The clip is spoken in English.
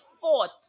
fought